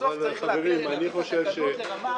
בסוף צריך להתאים את התקנות לרמה --- לא,